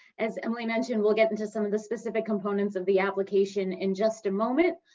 as emily mentioned, we'll get into some of the specific components of the application in just a moment.